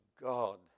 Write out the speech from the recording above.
God